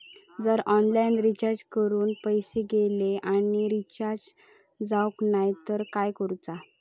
जर online recharge करून पैसे गेले आणि रिचार्ज जावक नाय तर काय करूचा?